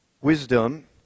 Wisdom